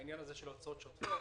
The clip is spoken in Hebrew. העניין של ההוצאות השוטפות,